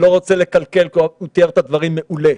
אני לא רוצה לקלקל כי הוא תיאר את הדברים מעולה.